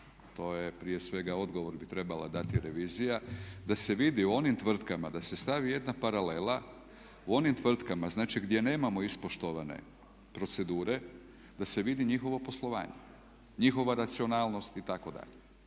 to je prije svega odgovor bi trebala dati revizija, da se vidi u onim tvrtkama, da se stavi jedna paralela u onim tvrtkama znači gdje nemamo ispoštovane procedure da se vidi njihovo poslovanje, njihova racionalnost itd.